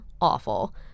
awful